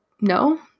no